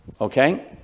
okay